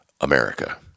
America